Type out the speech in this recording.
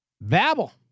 Babble